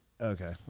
Okay